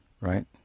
right